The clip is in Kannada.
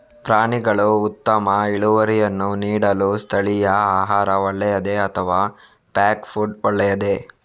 ಪ್ರಾಣಿಗಳು ಉತ್ತಮ ಇಳುವರಿಯನ್ನು ನೀಡಲು ಸ್ಥಳೀಯ ಆಹಾರ ಒಳ್ಳೆಯದೇ ಅಥವಾ ಪ್ಯಾಕ್ ಫುಡ್ ಒಳ್ಳೆಯದೇ?